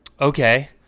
okay